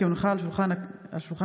כי הונחה על שולחן הכנסת,